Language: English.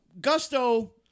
Gusto